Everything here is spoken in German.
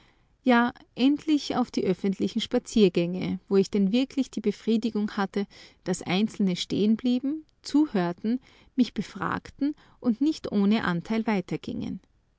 wußten ja endlich auf die öffentlichen spaziergänge wo ich denn wirklich die befriedigung hatte daß einzelne stehenblieben zuhörten mich befragten und nicht ohne anteil